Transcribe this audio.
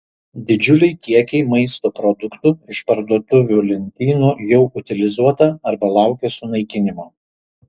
didžiuliai kiekiai maisto produktų iš parduotuvių lentynų jau utilizuota arba laukia sunaikinimo